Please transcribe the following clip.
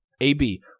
AB